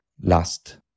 last